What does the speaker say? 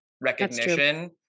recognition